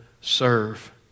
serve